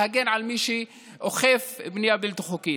להגן על מי שאוכף בנייה בלתי חוקית.